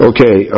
Okay